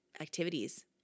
activities